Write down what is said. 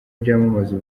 byamamaza